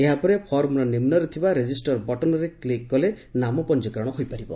ଏହାପରେ ଫର୍ମର ନିମ୍ବରେ ଥବା ରେଜିଷ୍ଟର୍ ବଟନ୍ରେ କ୍କିକ୍ କଲେ ନାମ ପଞ୍ଞୀକରଣ ହୋଇପାରିବ